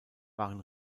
waren